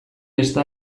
beste